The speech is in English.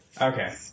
Okay